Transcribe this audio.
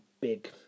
big